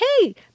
hey